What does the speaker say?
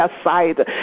aside